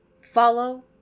Follow